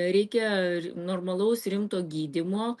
reikia normalaus rimto gydymo